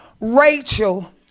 Rachel